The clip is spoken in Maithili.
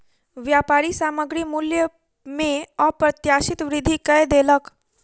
व्यापारी सामग्री मूल्य में अप्रत्याशित वृद्धि कय देलक